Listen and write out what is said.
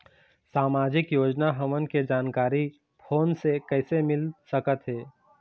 सामाजिक योजना हमन के जानकारी फोन से कइसे मिल सकत हे?